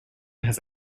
has